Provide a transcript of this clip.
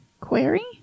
Query